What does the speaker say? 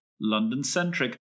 London-centric